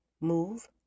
move